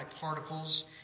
particles